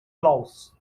blows